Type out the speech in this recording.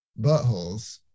buttholes